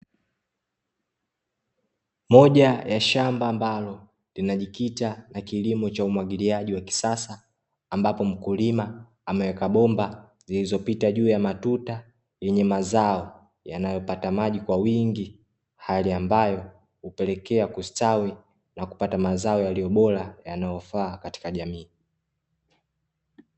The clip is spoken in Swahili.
Moja ya shamba ambalo linajikita na kilimo cha umwagiliaji wa kisasa, ambapo mkulima ameweka bomba zilizopita juu ya matuta yenye mazao yanayopata maji kwa wingi, hali ambayo hupelekea kustawi na kupata mazao yaliyo bora yanayofaa katika jamii.